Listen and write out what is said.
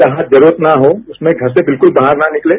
जहां जरूरत न हो उसमें घर से बिल्कुल बाहर न निकलें